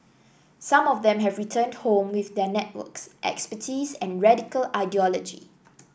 some of them have returned home with their networks expertise and radical ideology